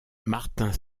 martin